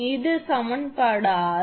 இது சமன்பாடு 6